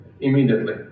immediately